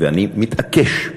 ואני מתעקש.